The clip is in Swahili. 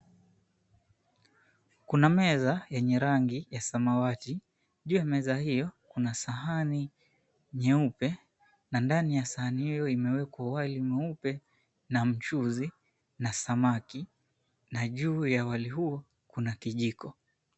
Kuna meza yenye rangi ya samawati. Juu ya meza hiyo, kuna sahani nyeupe na ndani ya sahani hiyo imewekwa wali mweupe na mchuzi na samaki. Na juu ya wali huo kuna kijiko.